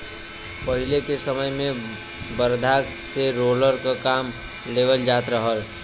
पहिले के समय में बरधा से रोलर क काम लेवल जात रहल